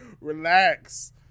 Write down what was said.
Relax